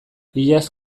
iaz